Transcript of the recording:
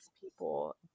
people